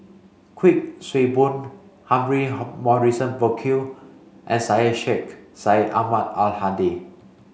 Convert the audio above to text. Kuik Swee Boon Humphrey Morrison Burkill and Syed Sheikh Syed Ahmad Al Hadi